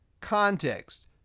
context